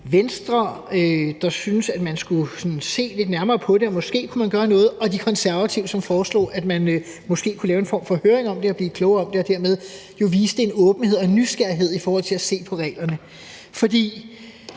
Venstre, der syntes, at man skulle se lidt nærmere på det, og at man måske kunne gøre noget, og til De Konservative, som foreslog, at man måske kunne lave en form for høring om det for at blive klogere og dermed jo viste en åbenhed og en nysgerrighed i forhold til at se på reglerne. Også